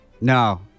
No